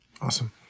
Awesome